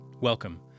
welcome